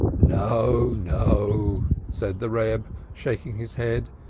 no, no! said the reb, shaking his head.